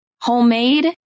homemade